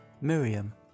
Miriam